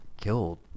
killed